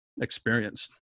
experienced